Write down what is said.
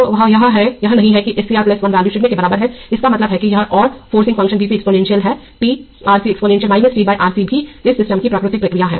तो वह यह नहीं है कि SCR 1 वैल्यू 0 के बराबर है इसका मतलब है कि यह और फोर्सिंग फंक्शन Vp एक्सपोनेंशियल है t R C exponential t R C भी इस सिस्टम की प्राकृतिक प्रतिक्रिया है